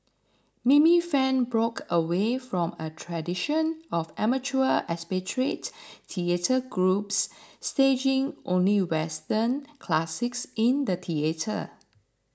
Mimi Fan broke away from a tradition of amateur expatriate theatre groups staging only Western classics in the theatre